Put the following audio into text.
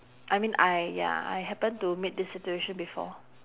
I mean I ya I happen to meet this situation before